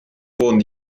wurden